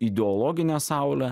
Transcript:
ideologinė saulė